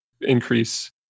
increase